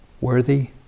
worthy